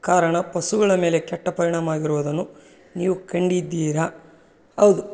ಕಾರಣ ಪಶುಗಳ ಮೇಲೆ ಕೆಟ್ಟ ಪರಿಣಾಮ ಆಗಿರುವುದನ್ನು ನೀವು ಕಂಡಿದ್ದೀರಾ ಹೌದು